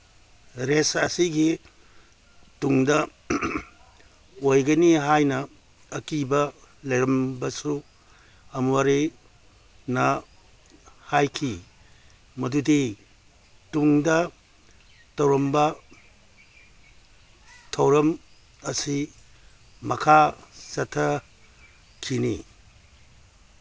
race ꯑꯁꯤꯒꯤ ꯇꯨꯡꯗ ꯑꯣꯏꯒꯅꯤ ꯍꯥꯏꯅ ꯑꯀꯤꯕ ꯂꯩꯔꯝꯕꯁꯨ ꯑꯃꯨꯔꯦꯅ ꯍꯥꯏꯈꯤ ꯃꯗꯨꯗꯤ ꯇꯨꯡꯗ ꯇꯧꯔꯝꯕ ꯊꯧꯔꯝ ꯑꯁꯤ ꯃꯈꯥ ꯆꯠꯊꯈꯤꯅꯤ